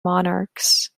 monarchs